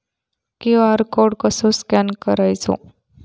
QR code कसो scan करायचो?